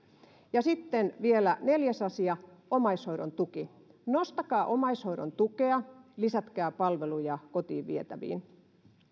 sitten vielä neljäs asia omaishoidon tuki nostakaa omaishoidon tukea lisätkää palveluja kotiin vietäviin